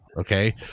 okay